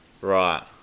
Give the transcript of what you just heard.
right